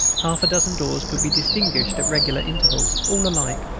half a dozen doors could be distinguished at regular intervals, all alike.